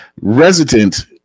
resident